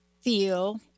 feel